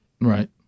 Right